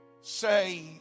say